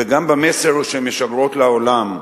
וגם במסר שהן משגרות לעולם.